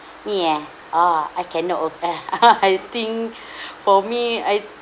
me eh ah I cannot ah I think for me I